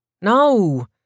No